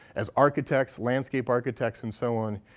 as architects, landscape architects, and so on,